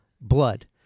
Blood